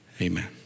Amen